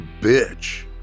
bitch